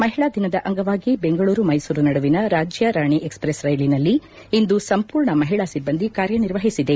ಮಹಿಳಾ ದಿನದ ಅಂಗವಾಗಿ ಬೆಂಗಳೂರು ಮೈಸೂರು ನಡುವಿನ ರಾಜ್ಯ ರಾಣಿ ಎಕ್ಸ್ಪ್ರೆಸ್ ರೈಲಿನಲ್ಲಿ ಇಂದು ಸಂಪೂರ್ಣ ಮಹಿಳಾ ಸಿಬ್ಲಂದಿ ಕಾರ್ಯ ನಿರ್ವಹಿಸಿದೆ